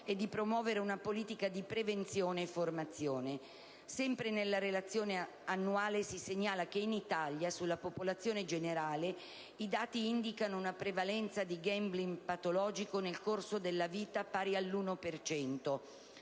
e di promuovere una politica di prevenzione e formazione. Sempre nella relazione annuale, si segnala che in Italia, sulla popolazione generale, i dati indicano una prevalenza di *gambling* patologico nel corso della vita pari all'1